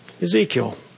Ezekiel